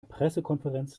pressekonferenz